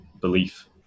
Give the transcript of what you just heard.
belief